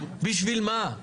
בשביל מה?